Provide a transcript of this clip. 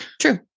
True